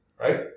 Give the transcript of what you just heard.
right